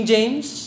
James